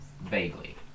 Vaguely